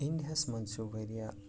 اِنڈیاہَس منٛز چھُ واریاہ